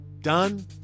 done